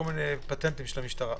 כל מיני פטנטים של המשטרה.